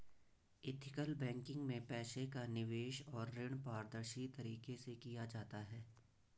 ethical banking में पैसे का निवेश और ऋण पारदर्शी तरीके से किया जाता है